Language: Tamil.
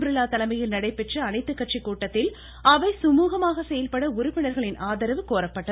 பிர்லா தலைமையில் நடைபெற்ற அனைத்துக்கட்சி கூட்டத்தில் அவை சுமூகமாக செயல்பட உறுப்பினர்களின் ஆதரவு கோரப்பட்டது